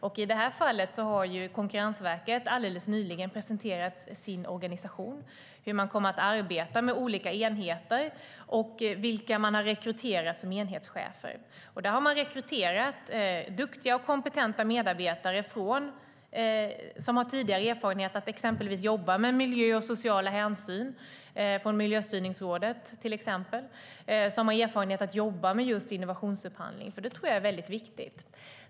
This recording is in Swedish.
I det här fallet har Konkurrensverket alldeles nyligen presenterat sin organisation, hur man kommer att arbeta med olika enheter och vilka man har rekryterat som enhetschefer. Man har rekryterat duktiga och kompetenta medarbetare som har tidigare erfarenhet av att exempelvis jobba med miljö och sociala hänsyn från Miljöstyrningsrådet till exempel och som har erfarenhet av att jobba med just innovationsupphandling, och det tror jag är viktigt.